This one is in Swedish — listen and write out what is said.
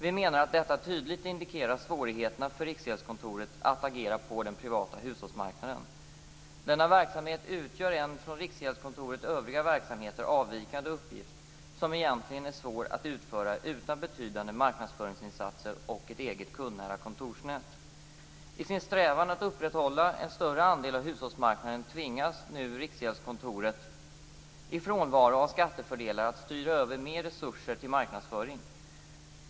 Vi menar att detta tydligt indikerar svårigheterna för Riksgäldskontoret att agera på den privata hushållsmarknaden. Denna verksamhet utgör en från Riksgäldskontorets övriga verksamheter avvikande uppgift som egentligen är svår att utföra utan betydande marknadsföringsinsatser och ett eget kundnära kontorsnät. I sin strävan att upprätthålla en större andel av hushållsmarknaden tvingas nu Riksgäldskontoret, i frånvaro av skattefördelar, att styra över mer resurser till marknadsföring.